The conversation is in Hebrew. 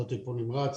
ניידות טיפול נמרץ,